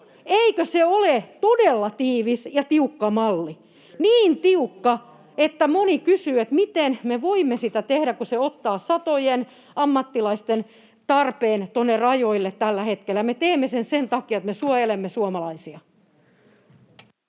Eikö se ole todella tiivis ja tiukka malli? Niin tiukka, että moni kysyy, miten me voimme sitä tehdä, kun se tuo satojen ammattilaisten tarpeen rajoille tällä hetkellä. Me teemme sen sen takia, että me suojelemme suomalaisia.